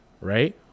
right